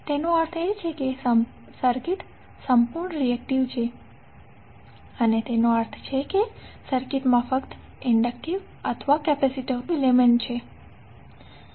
તેનો અર્થ એ છે કે સર્કિટ સંપૂર્ણ રિએકટીવ છે તેનો અર્થ એ કે સર્કિટમાં ફક્ત ઈંડક્ટિવ અથવા કેપેસિટીવ એલીમેન્ટ્સ છે